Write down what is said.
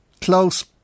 close